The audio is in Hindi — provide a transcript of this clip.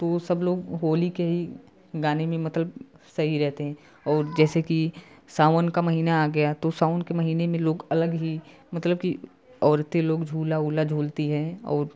तो वो सब लोग होली के ही गाने में मतलब सही रहते हैं और जैसे कि सावन का महिना आ गया तो सावन के महीने में लोग अलग ही मतलब की औरतें लोग झुला उला झूलती हैं और